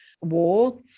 war